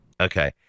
Okay